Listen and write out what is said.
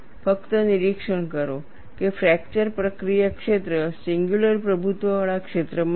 ફક્ત નિરીક્ષણ કરો કે ફ્રેકચર પ્રક્રિયા ક્ષેત્ર સિંગયુલર પ્રભુત્વવાળા ક્ષેત્રમાં છે